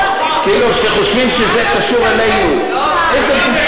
חושבים שכאילו זה קשור אלינו.